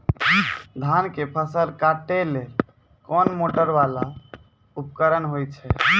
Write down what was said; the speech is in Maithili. धान के फसल काटैले कोन मोटरवाला उपकरण होय छै?